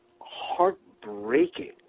heartbreaking